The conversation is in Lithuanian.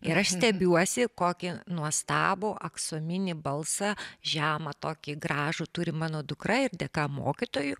ir aš stebiuosi kokį nuostabų aksominį balsą žemą tokį gražų turi mano dukra ir dėka mokytojų